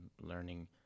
learning